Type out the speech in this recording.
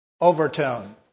Overtone